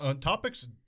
Topics